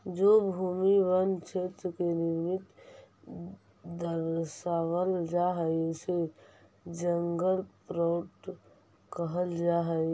जो भूमि वन क्षेत्र के निमित्त दर्शावल जा हई उसे जंगल प्लॉट कहल जा हई